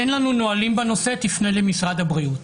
אין לנו נהלים בנושא, תפנה למשרד הבריאות.